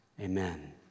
amen